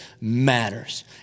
matters